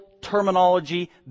terminology